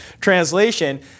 translation